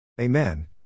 Amen